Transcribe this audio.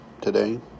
today